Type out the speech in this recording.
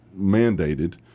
mandated